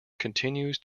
continues